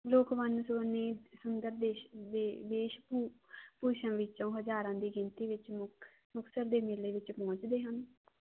ਲੋਕ ਵਨੂ ਸੋਨੀ ਸੁੰਦਰ ਦੇਸ਼ ਭੂਸ਼ਾ ਵਿੱਚੋਂ ਹਜ਼ਾਰਾਂ ਦੀ ਗਿਣਤੀ ਵਿੱਚ ਮੁੱਖ ਮਕਸਦ ਦੇ ਮੇਲੇ ਵਿੱਚ ਪਹੁੰਚਦੇ ਹਨ